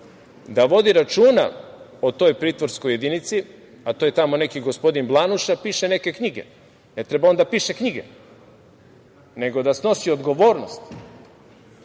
da vodi računa o toj pritvorskoj jedinici, a to je tamo neki gospodin Blanuša, piše neke knjige. Ne treba on da piše knjige, nego da snosi odgovornost,